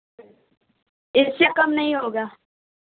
इससे कम नहीं होगा